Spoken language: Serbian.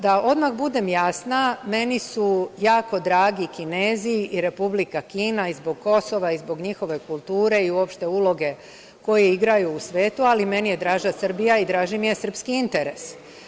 Da odmah budem jasna, meni su jako dragi Kinezi i Republika Kina i zbog Kosova i zbog njihove kulture i uopšte uloge koju igraju u svetu, ali meni je draža Srbija i draži mi je srpski interes.